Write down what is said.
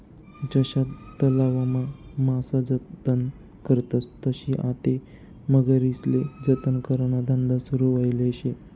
जशा तलावमा मासा जतन करतस तशी आते मगरीस्ले जतन कराना धंदा सुरू व्हयेल शे